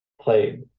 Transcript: played